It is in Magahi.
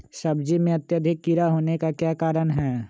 सब्जी में अत्यधिक कीड़ा होने का क्या कारण हैं?